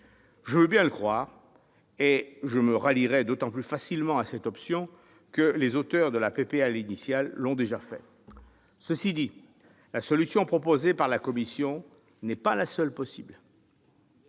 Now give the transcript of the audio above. Je veux bien le croire et je me rallierai d'autant plus facilement à cette version que les auteurs de la proposition de loi initiale l'ont déjà fait. Cela dit, la solution proposée par la commission n'est pas la seule possible.